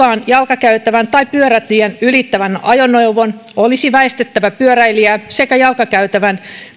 jalkakäytävän tai pyörätien ylittävän ajoneuvon olisi väistettävä pyöräilijää sekä jalkakäytävän